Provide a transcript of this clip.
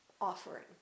Offering